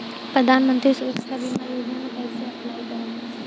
प्रधानमंत्री सुरक्षा बीमा योजना मे कैसे अप्लाई करेम?